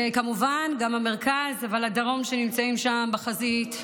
כמובן, גם המרכז, אבל בדרום נמצאים בחזית.